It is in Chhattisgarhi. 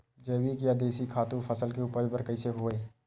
जैविक या देशी खातु फसल के उपज बर कइसे होहय?